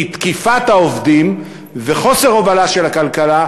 כי תקיפת העובדים וחוסר הובלה של הכלכלה